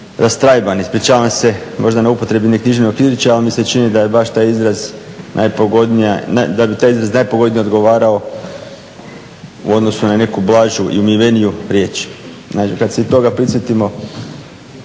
rastrajban, ispričavam se možda na upotrebi neknjiževnog izričaja ali mi se čini bi taj izraz najpogodnije ogovarao u odnosu na neku blažu i umjereniju riječ. Znači kada se i tog prisjetimo